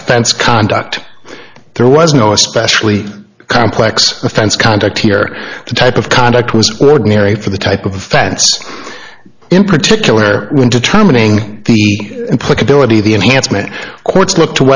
offense conduct there was no especially complex offense conduct here the type of conduct was ordinary for the type of offense in particular when determining the put the bill in the the enhancement courts look to